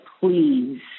please